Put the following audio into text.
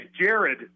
Jared